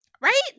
Right